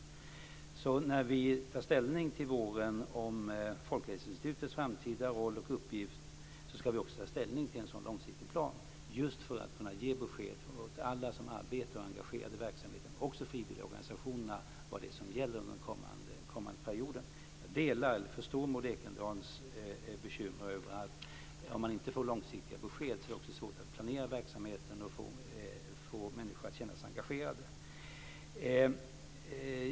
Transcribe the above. När vi till våren tar ställning till Folkhälsoinstitutets framtida roll och uppgift ska vi också ta ställning till en sådan långsiktig plan, just för att kunna ge besked åt alla som arbetar i och är engagerade i verksamheten, också frivilligorganisationerna, vad som gäller under den kommande perioden. Jag förstår Maud Ekendahls bekymmer över att om man inte får långsiktiga besked är det svårt att planera verksamheten och få människor att känna sig engagerade.